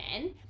men